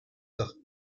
doch